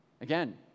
Again